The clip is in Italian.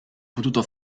potuto